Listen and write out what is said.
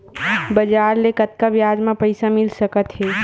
बजार ले कतका ब्याज म पईसा मिल सकत हे?